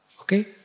Okay